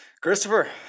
Christopher